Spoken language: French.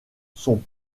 sont